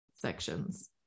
sections